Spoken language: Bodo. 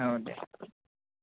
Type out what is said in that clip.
औ दे